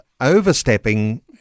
overstepping